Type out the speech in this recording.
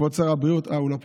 כבוד שר הבריאות, אה, הוא לא פה.